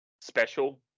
special